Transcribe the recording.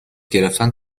گرفتن